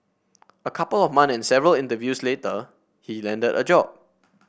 a couple of months and several interviews later he landed a job